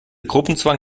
gruppenzwang